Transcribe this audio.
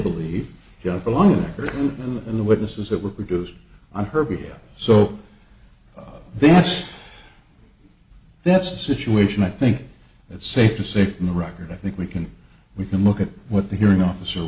the in the witnesses that were produced on her behalf so they asked that's the situation i think it's safe to say from the record i think we can we can look at what the hearing officer